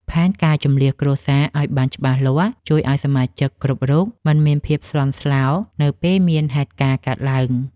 ផែនការជម្លៀសគ្រួសារឱ្យបានច្បាស់លាស់ជួយឱ្យសមាជិកគ្រប់រូបមិនមានភាពស្លន់ស្លោនៅពេលមានហេតុការណ៍កើតឡើង។